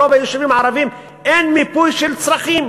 ברוב היישובים הערביים אין מיפוי של צרכים,